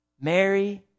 Mary